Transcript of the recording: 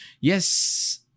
yes